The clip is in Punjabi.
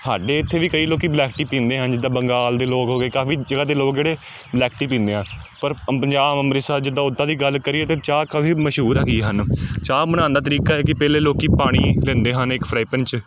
ਸਾਡੇ ਇੱਥੇ ਵੀ ਕਈ ਲੋਕੀ ਬਲੈਕ ਟੀ ਪੀਂਦੇ ਹਨ ਜਿੱਦਾਂ ਬੰਗਾਲ ਦੇ ਲੋਕ ਹੋ ਗਏ ਕਾਫ਼ੀ ਜਗ੍ਹਾ ਦੇ ਲੋਕ ਜਿਹੜੇ ਬਲੈਕ ਟੀ ਪੀਂਦੇ ਆ ਪਰ ਪੰਜਾਬ ਅੰਮ੍ਰਿਤਸਰ ਜਿੱਦਾਂ ਉੱਦਾਂ ਦੀ ਗੱਲ ਕਰੀਏ ਤਾਂ ਚਾਹ ਕਾਫ਼ੀ ਮਸ਼ਹੂਰ ਹੈਗੀ ਹਨ ਚਾਹ ਬਣਾਉਣ ਦਾ ਤਰੀਕਾ ਇਹ ਕਿ ਪਹਿਲਾਂ ਲੋਕ ਪਾਣੀ ਲੈਂਦੇ ਹਨ ਇੱਕ ਫਰਾਈ ਪੈਨ 'ਚ